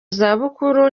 zabukuru